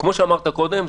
כמו שאמרת קודם,